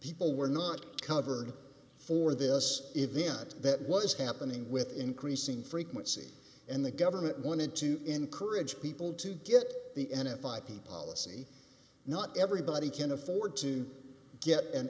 people were not covered for this event that was happening with increasing frequency and the government wanted to encourage people to get the n f ip policy not everybody can afford to get an